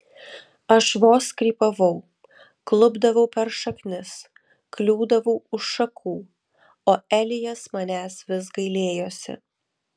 aš vos krypavau klupdavau per šaknis kliūdavau už šakų o elijas manęs vis gailėjosi